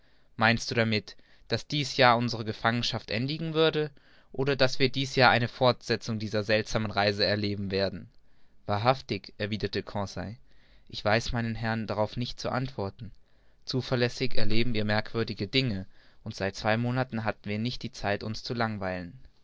meinst du damit daß dies jahr unsere gefangenschaft endigen würde oder daß wir dies jahr eine fortsetzung dieser seltsamen reise erleben werden wahrhaftig erwiderte conseil ich weiß meinem herrn nicht darauf zu antworten zuverlässig erleben wir merkwürdige dinge und seit zwei monaten hatten wir nicht die zeit uns zu langweilen